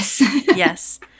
Yes